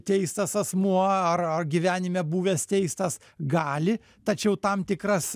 teistas asmuo ar ar gyvenime buvęs teistas gali tačiau tam tikras